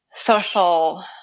Social